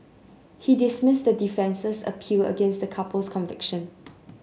he dismissed the defence's appeal against the couple's conviction